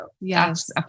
Yes